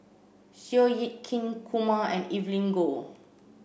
Seow Yit Kin Kumar and Evelyn Goh